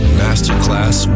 masterclass